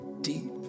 deep